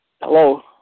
hello